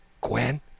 Gwen